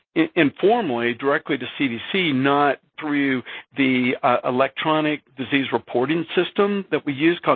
informally, directly to cdc, not through the electronic disease reporting system that we use,